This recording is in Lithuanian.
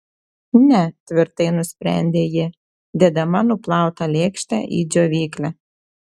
ne tvirtai nusprendė ji dėdama nuplautą lėkštę į džiovyklę